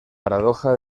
paradoja